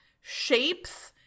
shapes